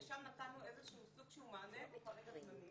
ושם נתנו סוג של מענה והוא כרגע זמני.